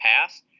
pass